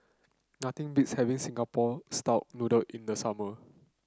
nothing beats having Singapore style noodle in the summer